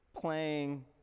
playing